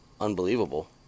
unbelievable